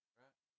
right